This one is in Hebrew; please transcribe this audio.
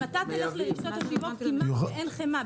אם תלך לרשתות השיווק, כמעט ואין חמאה.